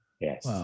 Yes